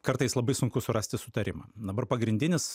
kartais labai sunku surasti sutarimą dabar pagrindinis